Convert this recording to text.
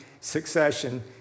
succession